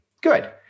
Good